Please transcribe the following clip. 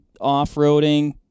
off-roading